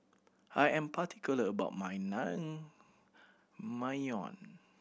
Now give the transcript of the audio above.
I am particular about my Naengmyeon